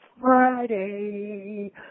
Friday